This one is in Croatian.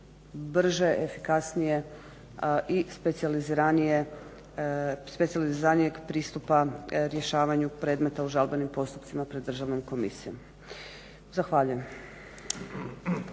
brže, efikasnije i specijaliziranijeg pristupa rješavanju predmeta u žalbenim postupcima pred državnom komisijom. Zahvaljujem.